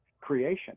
creation